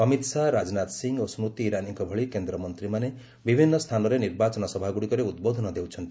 ଅମିତ ଶାହା ରାଜନାଥ ସିଂ ଓ ସ୍କତି ଇରାନୀଙ୍କ ଭଳି କେନ୍ଦ୍ରମନ୍ତ୍ରୀମାନେ ବିଭିନ୍ନ ସ୍ଥାନରେ ନିର୍ବାଚନ ସଭାଗୁଡ଼ିକରେ ଉଦ୍ବୋଧନ ଦେଉଛନ୍ତି